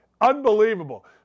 Unbelievable